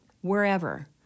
wherever